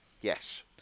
Yes